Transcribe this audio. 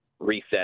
reset